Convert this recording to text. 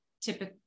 typically